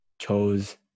chose